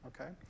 okay